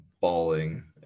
bawling